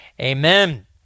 Amen